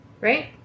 right